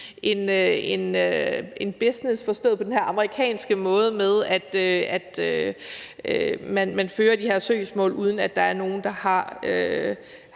en business forstået på den her amerikanske måde, hvor man fører de her søgsmål, uden at der er nogen, der